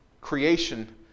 creation